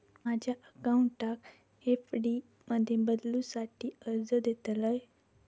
माझ्या अकाउंटाक एफ.डी मध्ये बदलुसाठी अर्ज देतलय